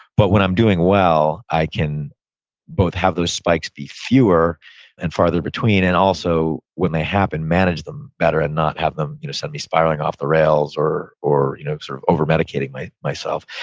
but when i'm doing well, i can both have those spikes be fewer and farther between and also when they happen, manage them better and not have them you know suddenly spiraling off the rails or or you know sort of over medicating myself.